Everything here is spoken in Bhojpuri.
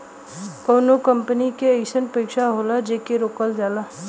कउनो कंपनी के अइसन पइसा होला जेके रोकल जाला